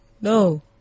No